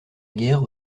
guerre